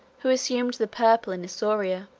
who assumed the purple in isauria,